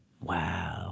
Wow